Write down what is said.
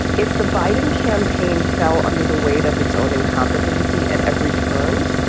if the biden campaign fell under the weight of its own incompetency at every turn,